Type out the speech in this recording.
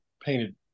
painted